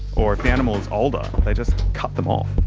or, if the animal is older, they just cut them off.